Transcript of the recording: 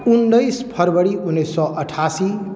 उन्नीस फरबरी उन्नीस सए अठासी